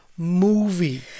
Movie